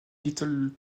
little